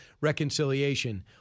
reconciliation